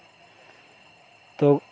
ᱛᱚ